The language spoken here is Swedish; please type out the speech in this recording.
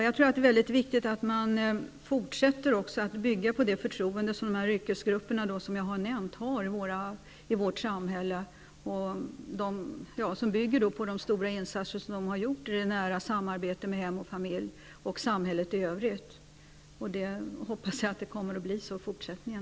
Fru talman! Det är väldigt viktigt att man fortsätter att bygga på det förtroende som de yrkesgrupper som jag har nämnt har i vårt samhälle och vilket bygger på de stora insatser som dessa grupper har gjort i det nära samarbetet "med hem och familj och med samhället i övrigt. Jag hoppas att det kommer att bli så även i fortsättningen.